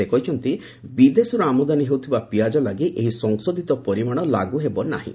ସେ କହିଛନ୍ତି ବିଦେଶରୁ ଆମଦାନୀ ହେଉଥିବା ପିଆଜ ଲାଗି ଏହି ସଂଶୋଧିତ ପରିମାଣ ଲାଗୁ ହେବ ନାହିଁ